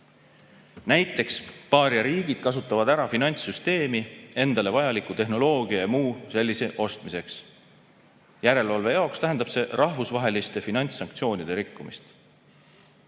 Näiteks, paariariigid kasutavad ära finantssüsteemi endale vajaliku tehnoloogia ja muu sellise ostmiseks. Järelevalve jaoks tähendab see rahvusvaheliste finantssanktsioonide rikkumist.